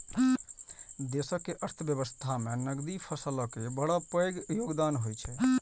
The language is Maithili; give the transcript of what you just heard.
देशक अर्थव्यवस्था मे नकदी फसलक बड़ पैघ योगदान होइ छै